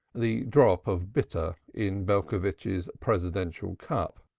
the drop of bitter in belcovitch's presidential cup.